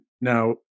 now